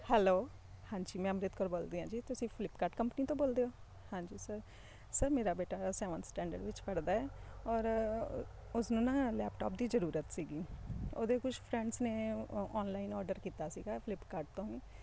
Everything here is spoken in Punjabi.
ਹੈਲੋ ਹਾਂਜੀ ਮੈਂ ਅੰਮ੍ਰਿਤ ਕੌਰ ਬੋਲਦੀ ਹਾਂ ਜੀ ਤੁਸੀਂ ਫਲਿਪਕਾਟ ਕੰਪਨੀ ਤੋਂ ਬੋਲਦੇ ਹੋ ਹਾਂਜੀ ਸਰ ਸਰ ਮੇਰਾ ਬੇਟਾ ਸੈਵਨ ਸਟੈਂਡਰਡ ਵਿੱਚ ਪੜ੍ਹਦਾ ਹੈ ਔਰ ਉਸਨੂੰ ਨਾ ਲੈਪਟੋਪ ਦੀ ਜ਼ਰੂਰਤ ਸੀਗੀ ਉਹਦੇ ਕੁਛ ਫਰੈਂਡਸ ਨੇ ਔ ਔਨਲਾਈਨ ਔਡਰ ਕੀਤਾ ਸੀਗਾ ਫਲਿਪਕਾਟ ਤੋਂ ਹੀ